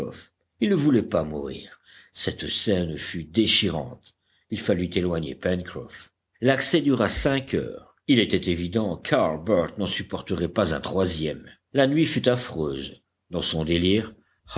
il ne voulait pas mourir cette scène fut déchirante il fallut éloigner pencroff l'accès dura cinq heures il était évident qu'harbert n'en supporterait pas un troisième la nuit fut affreuse dans son délire